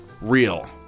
Real